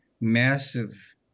massive